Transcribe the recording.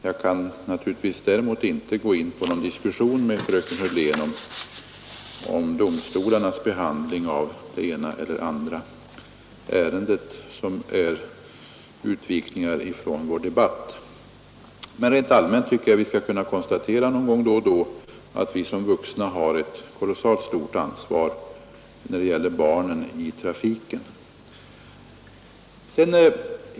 Jag kan däremot inte gå in på någon diskussion med fröken Hörlén om domstolarnas behandling av det ena eller andra ärendet, vilket innebär en utvikning från vår debatt. Men rent allmänt tycker jag att vi skall kunna konstatera då och då att vi som vuxna har ett kolossalt stort ansvar när det gäller barnen i trafiken.